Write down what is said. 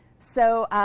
so